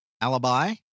Alibi